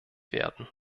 werden